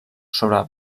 sobre